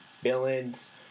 villains